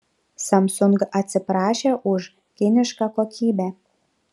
samsung atsiprašė už kinišką kokybę